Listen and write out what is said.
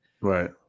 Right